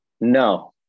no